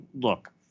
look